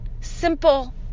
Simple